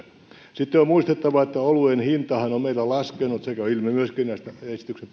sitten on muistettava että oluen hintahan on meillä laskenut vuoden neljätoista jälkeen se käy ilmi näistä esityksen